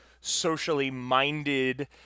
socially-minded